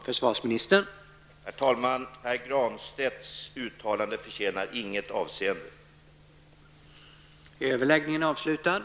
Herr talman! Pär Granstedts uttalande förtjänar inget avseende.